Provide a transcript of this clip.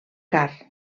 car